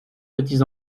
petits